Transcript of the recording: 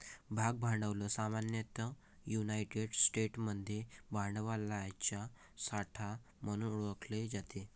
भाग भांडवल सामान्यतः युनायटेड स्टेट्समध्ये भांडवलाचा साठा म्हणून ओळखले जाते